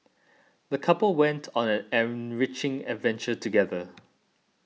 the couple went on an enriching adventure together